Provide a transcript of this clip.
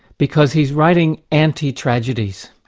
because he's writing anti-tragedies.